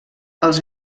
els